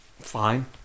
fine